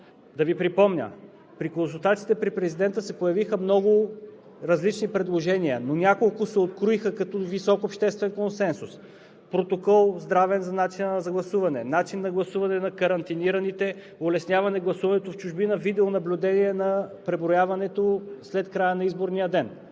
Ще Ви припомня, че на консултациите при президента се появиха много различни предложения, но няколко се откроиха – висок обществен консенсус, здравен протокол за начина на гласуване, начин на карантинираните, улесняване на гласуването в чужбина, видеонаблюдение на преброяването след края на изборния ден.